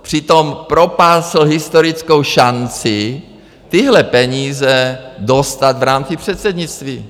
Přitom propásl historickou šanci tyhle peníze dostat v rámci předsednictví.